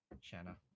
Shanna